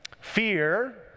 Fear